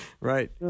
right